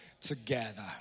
together